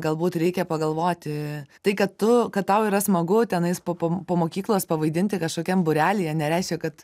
galbūt reikia pagalvoti tai kad tu kad tau yra smagu tenais po po po mokyklos pavaidinti kažkokiam būrelyje nereiškia kad